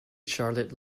charlotte